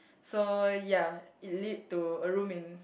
so ya it lead to a room in